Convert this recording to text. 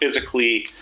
physically